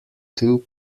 two